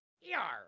yar